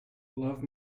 love